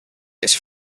this